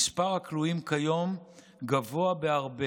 מספר הכלואים כיום גבוה בהרבה